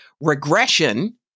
regression